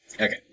Okay